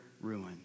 ruin